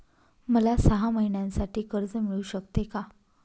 मला सहा महिन्यांसाठी कर्ज मिळू शकते का?